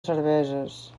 cerveses